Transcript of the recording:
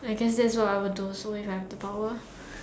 I guess that's what I would do also if I have the power